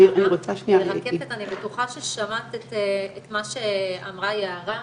רקפת, אני בטוחה ששמעת את מה שאמרה יערה,